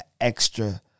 extra